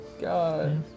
God